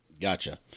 Gotcha